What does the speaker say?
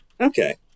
Okay